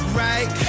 right